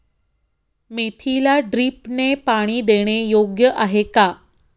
मेथीला ड्रिपने पाणी देणे योग्य आहे का?